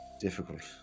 difficult